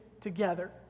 together